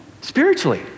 spiritually